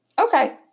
Okay